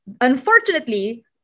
unfortunately